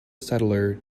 settler